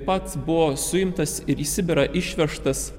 pats buvo suimtas ir į sibirą išvežtas